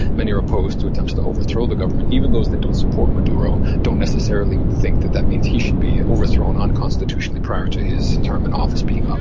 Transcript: many are opposed to attempts to overthrow the government, even those who don't support maduro, don't necessarily think that that means he should be overthrown unconstitutionally prior to his term in office being up.